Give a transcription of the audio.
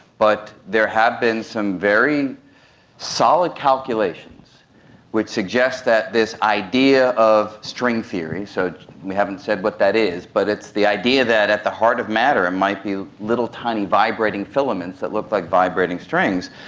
but there have been some very solid calculations which suggests that this idea of string theory, so we haven't said but that is, but it's the idea that at the heart of matter and might be little tiny vibrating filaments that look like vibrating strings.